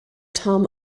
tom